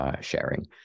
Sharing